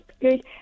good